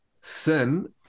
sin